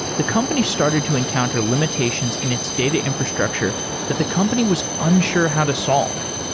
the company started to encounter limitations in its data infrastructure that the company was unsure how to solve.